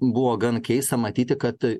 buvo gan keista matyti kad